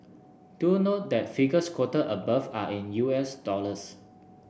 do note that figures quoted above are in U S dollars